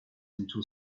into